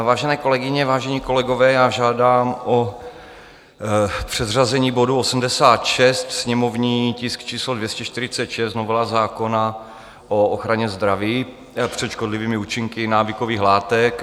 Vážené kolegyně, vážení kolegové, žádám o předřazení bodu 86, sněmovní tisk číslo 246, novela zákona o ochraně zdraví před škodlivými účinky návykových látek.